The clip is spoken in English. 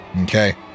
Okay